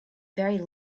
very